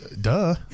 Duh